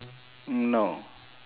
no